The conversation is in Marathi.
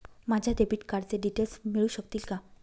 माझ्या डेबिट कार्डचे डिटेल्स मिळू शकतील का?